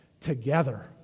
together